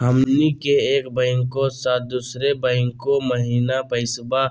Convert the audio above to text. हमनी के एक बैंको स दुसरो बैंको महिना पैसवा